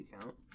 account